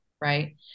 right